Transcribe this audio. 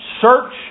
Search